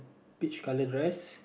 peach coloured dress